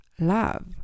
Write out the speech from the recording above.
love